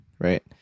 right